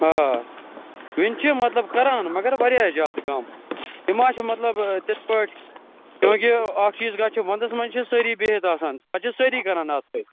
آ وُنہِ چھِ مطلب کَران مگر واریاہ زیادٕ کَم یہِ ما چھِ مطلب تِتھٕ پٲٹھۍ کیٛوٗنٛکہِ اَکھ چیٖز گژھِ ونٛدَس منٛز چھِ سٲری بِہِتھ آسان پَتہِ چھِ سٲری کَران اَتھ سٍتۍ